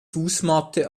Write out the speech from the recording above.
fußmatte